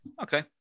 Okay